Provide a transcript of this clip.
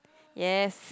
yes